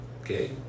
okay